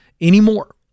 anymore